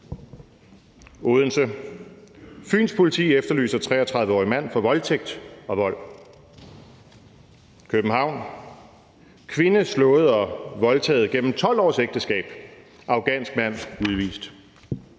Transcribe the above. Odense: »Fyns Politi efterlyser 33-årig mand for voldtægt og vold«. København: Kvinde slået og voldtaget gennem 12 års ægteskab: Afghansk mand udvist.